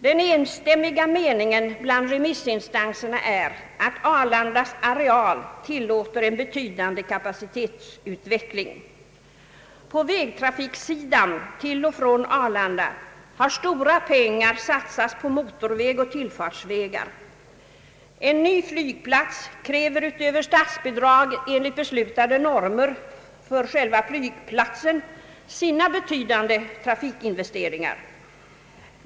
Den enstämmiga meningen bland remissinstanserna är att Arlandas areal tillåter en betydande kapacitetsutveckling. Vad gäller vägtrafiken till och från Arlanda har stora pengar satsats på motorväg och tillfartsvägar. En ny flygplats kräver utöver statsbidrag enligt beslutade normer för själva flygplatsen även betydande trafikinvesteringar.